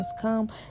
Come